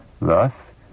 Thus